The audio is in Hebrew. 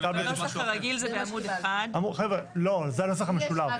בנוסח הרגיל זה בעמוד 1. לא, זה הנוסח המשולב.